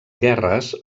guerres